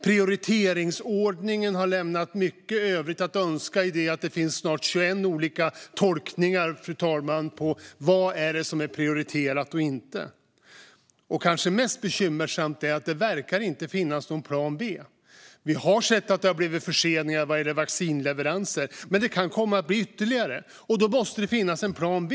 Prioriteringsordningen har lämnat mycket övrigt att önska - det finns snart 21 olika tolkningar av vad som är prioriterat och inte, fru talman. Det som kanske är mest bekymmersamt är att det inte verkar finnas någon plan B. Vi har sett att det har blivit förseningar av vaccinleveranser. Det kan komma att bli ytterligare förseningar, och då måste det finnas en plan B.